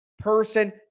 person